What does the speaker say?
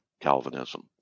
Calvinism